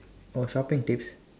oh shopping tips